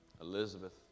Elizabeth